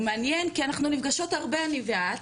הוא מעניין כי אנחנו נפגשות הרבה אני ואת